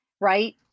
Right